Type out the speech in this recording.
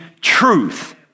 truth